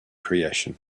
creation